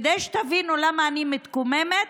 כדי שתבינו למה אני מתקוממת,